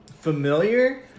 familiar